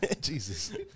Jesus